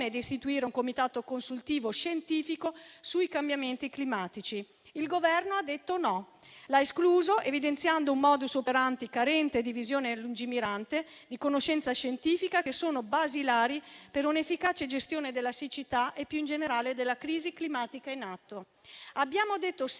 di istituire un comitato consultivo scientifico sui cambiamenti climatici. Il Governo ha detto no. Lo ha escluso, evidenziando un *modus operandi* carente di visione lungimirante e di conoscenza scientifica, che sono basilari per una efficace gestione della siccità e, più in generale, della crisi climatica in atto. Abbiamo detto sì